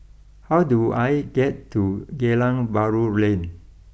how do I get to Geylang Bahru Lane